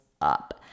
up